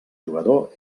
jugador